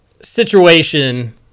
situation